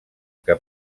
que